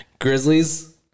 Grizzlies